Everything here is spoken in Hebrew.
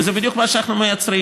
וזה בדיוק מה שאנחנו מייצרים.